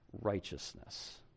righteousness